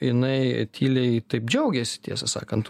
jinai tyliai taip džiaugėsi tiesą sakant